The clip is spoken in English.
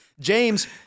James